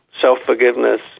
self-forgiveness